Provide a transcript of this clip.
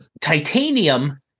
Titanium